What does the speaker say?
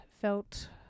felt